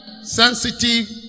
sensitive